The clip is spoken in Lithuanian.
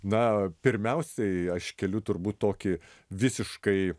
na pirmiausiai aš keliu turbūt tokį visiškai